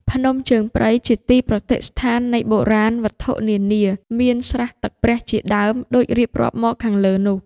ភ្នំជើងព្រៃ ជាទីប្រតិស្ឋាននៃបុរាណវត្ថុនានា មានស្រះទឹកព្រះ ជាដើម ដូចរៀបរាប់មកខាងលើនោះ